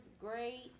great